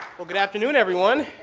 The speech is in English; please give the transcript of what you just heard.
well, good afternoon, everyone.